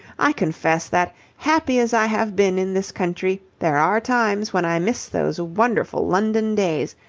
i confess that, happy as i have been in this country, there are times when i miss those wonderful london days,